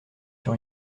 sur